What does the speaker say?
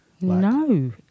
No